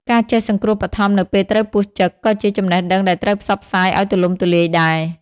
ការចេះសង្គ្រោះបឋមនៅពេលត្រូវពស់ចឹក ក៏ជាចំណេះដឹងដែលត្រូវផ្សព្វផ្សាយឱ្យទូលំទូលាយដែរ។